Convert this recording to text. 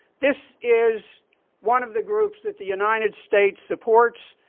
this is one of the groups that the united states supports,